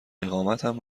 اقامتم